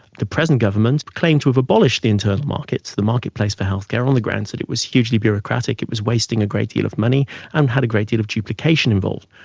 the present government claimed to have abolished the internal markets, the marketplace for healthcare, on the grounds that it was hugely bureaucratic, it was wasting a great deal of money and had a great deal of duplication involved.